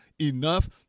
enough